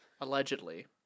allegedly